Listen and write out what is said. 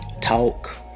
talk